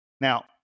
Now